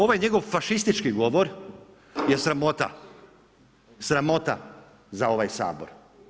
Ovaj njegov fašistički govor je sramota, sramota za ovaj Sabor.